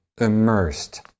immersed